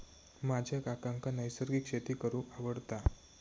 माझ्या काकांका नैसर्गिक शेती करूंक आवडता